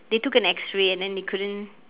they took an X-ray and then they couldn't